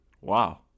Wow